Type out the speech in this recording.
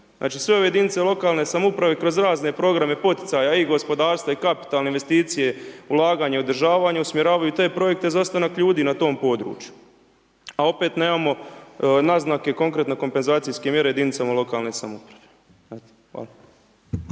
Znači sve ove jedinice lokalne samouprave kroz razne programe poticaja i gospodarstva i kapitalne investicije ulaganje i održavanje usmjeravaju te projekte za ostanak ljudi na tom području a opet nemamo naznake konkretne, kompenzacijske mjere jedinicama lokalne samouprave. Znate,